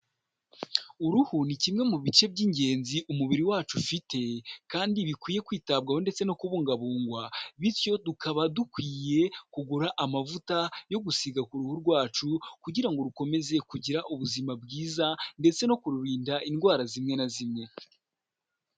Uruhu ni kimwe mu bice by'ingenzi umubiri wacu ufite kandi bikwiye kwitabwaho ndetse no kubungabungwa bityo tukaba dukwiye kugura amavuta yo gusiga ku ruhu rwacu kugira ngo rukomeze kugira ubuzima bwiza ndetse no kururinda indwara zimwe na zimwe.